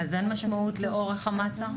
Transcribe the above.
אז אין משמעות לאורך המעצר?